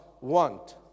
want